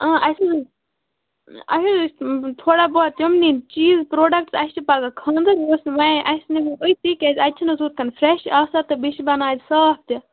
اۭں اَسہِ اَسہِ حظ ٲسۍ تھوڑا بہت یِم نِنۍ چیٖز پرٛوڈکٹ اَسہِ چھِ پگاہ خانٛدر مےٚ اوس اَسہِ نِمو أتی کیٛازِ اَتہِ چھُنہٕ حظ ہُتھکنۍ فرٛٮ۪ش آسان تہٕ بیٚیہِ چھِ بَنان اَتہِ صاف تہِ